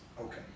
okay